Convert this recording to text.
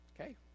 okay